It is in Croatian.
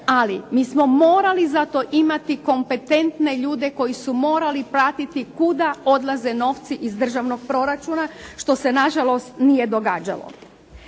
Ali mi smo morali zato imati kompetentne ljude koji su morali pratiti kuda odlaze n ovci iz državnog proračuna što se na žalost nije događalo.